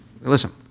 Listen